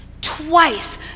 Twice